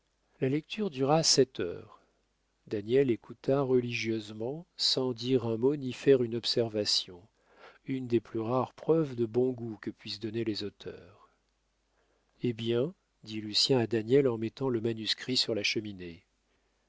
la lecture dura sept heures daniel écouta religieusement sans dire un mot ni faire une observation une des plus rares preuves de bon goût que puissent donner les auteurs eh bien dit lucien à daniel en mettant le manuscrit sur la cheminée